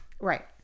Right